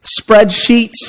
spreadsheets